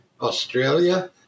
Australia